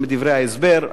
גם בדברי ההסבר,